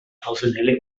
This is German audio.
personelle